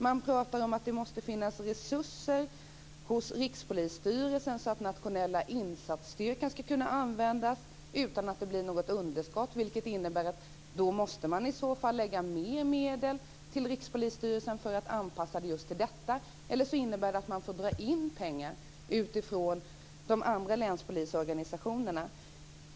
De talar om att det måste finnas resurser hos Rikspolisstyrelsen, så att Nationella insatsstyrkan ska kunna användas utan att det blir något underskott. Det innebär att man måste tillföra mer medel till Rikspolisstyrelsen för att göra en anpassning till just detta, annars får man dra in pengar från de andra länspolisorganisationerna.